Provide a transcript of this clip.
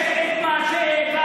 יש את מה שהעברנו,